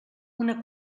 una